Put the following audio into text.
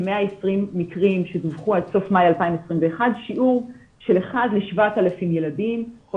כ-120 מקרים שדווחו עד סוף מאי 2021. שיעור של אחד ל-7,000 ילדים שהיה להם pims.